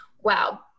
wow